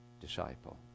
disciple